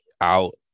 out